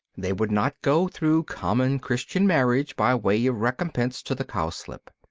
they would not go through common christian marriage by way of recompense to the cowslip.